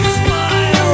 smile